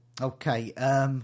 Okay